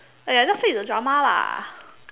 !aiya! just say it's a drama lah